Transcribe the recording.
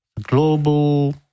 global